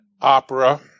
opera